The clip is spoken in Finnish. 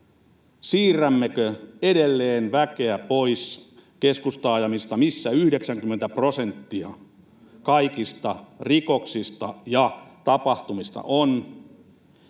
siirrämmekö edelleen väkeä pois keskustaajamista, missä 90 prosenttia kaikista rikoksista ja tapahtumista on?